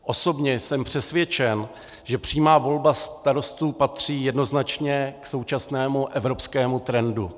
Osobně jsem přesvědčen, že přímá volba starostů patří jednoznačně k současnému evropskému trendu.